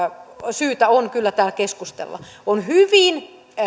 syytä on kyllä täällä keskustella on hyvin